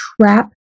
trap